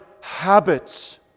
habits